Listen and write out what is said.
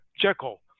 Jekyll